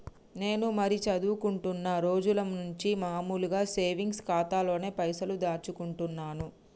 నేను మరీ చదువుకుంటున్నా రోజుల నుంచి మామూలు సేవింగ్స్ ఖాతాలోనే పైసలు దాచుకుంటున్నాను